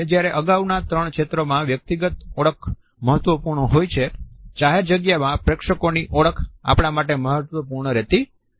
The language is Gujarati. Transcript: જ્યારે અગાઉના ત્રણ ક્ષેત્ર માં વ્યક્તિગત ઓળખ મહત્વપૂર્ણ હોય છે જાહેર જગ્યામાં પ્રેક્ષકોની ઓળખ આપણા માટે મહત્વપૂર્ણ રહેતી નથી